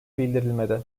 bildirilmedi